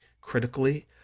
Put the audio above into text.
critically